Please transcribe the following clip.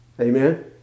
Amen